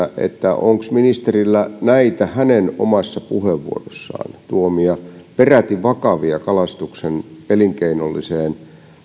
onko ministerin mahdollista näitä hänen omassa puheenvuorossaan tuomia peräti vakavia kalastuksen elinkeinolliseen